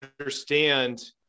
understand